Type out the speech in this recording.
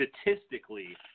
statistically